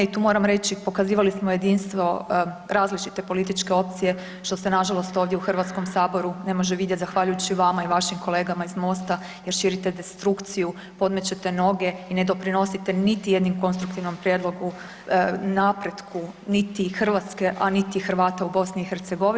I tu moram reći pokazivali smo jedinstvo različite političke opcije što se na žalost ovdje u Hrvatskom saboru ne može vidjeti zahvaljujući vama i vašim kolegama iz MOST-a jer širite destrukciju, podmećete noge i ne doprinosite ni u jednom konstruktivnom prijedlogu, napretku niti Hrvatske a niti Hrvata u Bosni i Hercegovini.